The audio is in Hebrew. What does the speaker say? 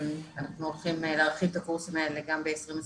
אנחנו הולכים להרחיב את הקורסים האלה גם ב-2021